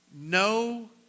no